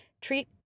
treat